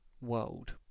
world